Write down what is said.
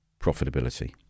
profitability